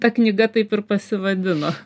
ta knyga taip ir pasivadino